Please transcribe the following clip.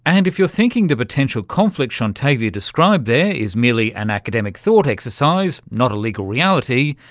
and if you're thinking the potential conflict shontavia described there is merely an academic thought exercise, not a legal reality,